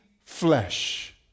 flesh